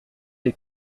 les